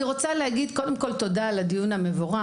אני רוצה להגיד קודם כל תודה על הדיון המבורך.